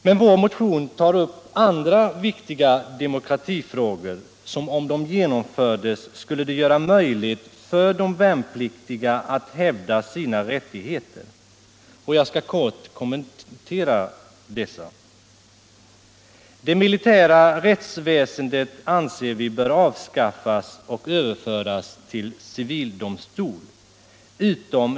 Men vår motion tar upp andra viktiga demokratiska krav som, om de genomfördes, skulle göra det möjligt för de värnpliktiga att hävda sina rättigheter. Jag skall kort kommentera dessa. Det militära rättsväsendet anser vi bör avskaffas och överföras till civildomstol.